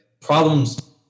problems